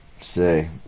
say